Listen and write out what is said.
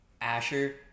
Asher